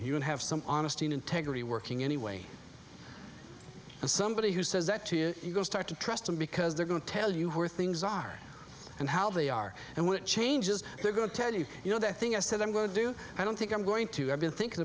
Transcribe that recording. can have some honesty and integrity working anyway and somebody who says that to you you go start to trust them because they're going to tell you where things are and how they are and what changes they're going to tell you you know that i think i said i'm going to do i don't think i'm going to i've been thinking